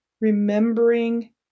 remembering